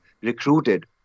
recruited